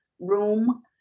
room